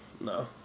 No